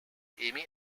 amy